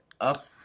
up